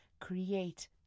create